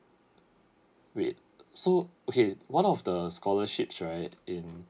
wait so okay one of the scholarships right in